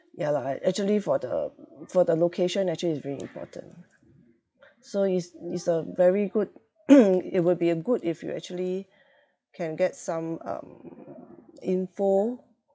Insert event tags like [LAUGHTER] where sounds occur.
ya lah actually for the for the location actually it's very important so it's it's a very good [NOISE] it would be a good if you actually can get some um info